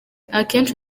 akenshi